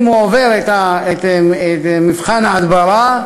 אם הוא עובר את מבחן ההדברה,